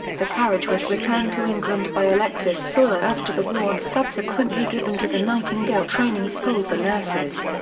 the carriage was returned to england by alexis soyer after the war and subsequently given to the nightingale training school for nurses.